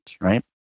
right